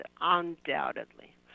undoubtedly